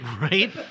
Right